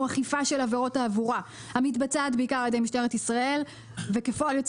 אכיפה של עבירות תעבורה המתבצעת בעיקר על-ידי משטרת ישראל וכפועל יוצא